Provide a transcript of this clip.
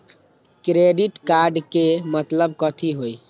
Credit card के मतलब कथी होई?